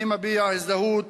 אני מביע הזדהות